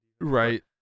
Right